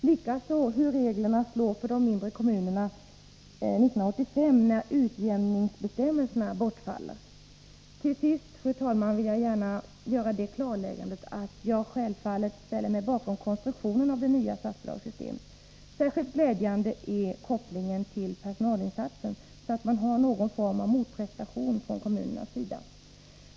Likaså hur reglerna slår för de mindre kommunerna 1985, när utjämningsbestämmelserna bortfaller. Till sist, fru talman, vill jag gärna göra det klarläggandet att jag självfallet ställer mig bakom konstruktionen av det nya statsbidragssystemet. Särskilt glädjande är kopplingen till personalinsatser, så att man kräver någon form av motprestation från kommunerna.